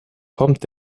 kommt